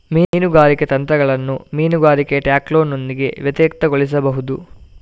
ಮೀನುಗಾರಿಕೆ ತಂತ್ರಗಳನ್ನು ಮೀನುಗಾರಿಕೆ ಟ್ಯಾಕ್ಲೋನೊಂದಿಗೆ ವ್ಯತಿರಿಕ್ತಗೊಳಿಸಬಹುದು